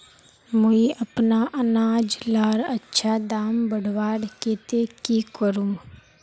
मुई अपना अनाज लार अच्छा दाम बढ़वार केते की करूम?